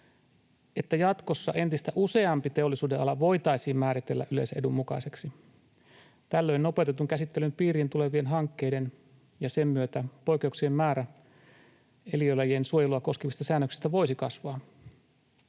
että jatkossa entistä useampi teollisuudenala voitaisiin määritellä yleisen edun mukaiseksi. Tällöin nopeutetun käsittelyn piiriin tulevien hankkeiden ja sen myötä poikkeuksien määrä eliölajien suojelua koskevista säännöksistä voisi kasvaa.